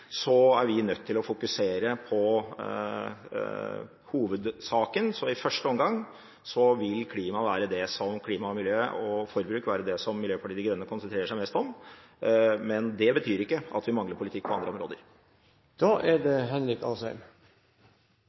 Så i første omgang vil klima, miljø og forbruk være det som Miljøpartiet De Grønne konsentrerer seg mest om, men det betyr ikke at vi mangler politikk på andre områder. Representanten Hansson har lagt frem et alternativ budsjett hvor han, som han selv også sier, øker skattene med 38 mrd. kr. Det